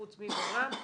חוץ מור"מ,